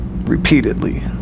repeatedly